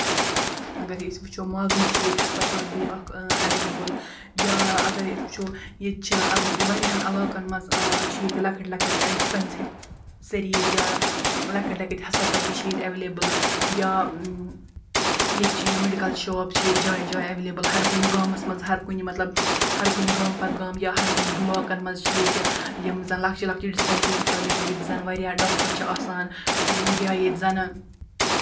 اَگرٕے أسۍ وُچھو ماگمہٕ چھِ ییٚتہِ ہَسپَتال اَکھ ایٚویلیبٕل یا اَگرٕے أسۍ وُچھو ییٚتہِ چھِ واریاہَن علاقَن منٛز چھِ ییٚتہِ لۅکٹۍ لۅکٕٹۍ ڈِسپینسٔریٖز یا لۅکٕٹۍ لۅکٕٹۍ ہَسپَتال تہِ چھِ ییٚتہِ ایٚویلیبٕل یا ییٚتہِ چھِ یِم میڈِکٕل شاپ چھِ ییٚتہِ جایہِ جایہِ ایٚویلیبٕل ہَر کُنہِ گامَس منٛز ہَر کُنہِ مطلب ہَر کُنہِ گامہٕ پَتہٕ گامہٕ یا ہَر کُنہِ بُلاکَن منٛز چھِ ییٚتہِ یِم زَن لۅکچہِ لۅکچہِ ڈِسپینسٔریٖز ایٚویلیبٕل ییٚتہِ زَن واریاہ ڈاکٹر چھِ آسان یا ییٚتہِ زَنہٕ